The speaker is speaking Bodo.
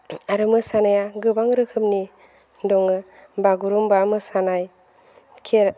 आरो मोसानाया गोबां रोखोमनि दङो बागुरुम्बा मोसानाय खेराइ